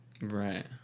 right